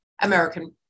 American